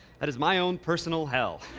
that is my own personal hell.